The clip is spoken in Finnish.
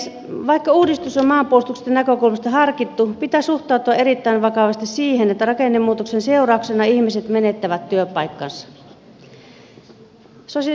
vaikka uudistus on maanpuolustuksellisesta näkökulmasta harkittu pitää suhtautua erittäin vakavasti siihen että rakennemuutoksen seurauksena ihmiset menettävät työpaikkansa